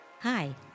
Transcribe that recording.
Hi